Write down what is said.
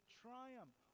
triumph